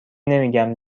نمیگم